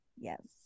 yes